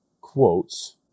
quotes